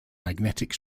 magnetic